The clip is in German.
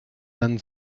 dann